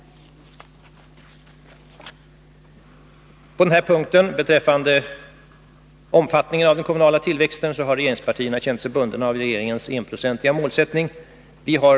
Beträffande omfattningen av den kommunala tillväxten har regeringspartierna känt sig bundna av regeringens målsättning på 1 20.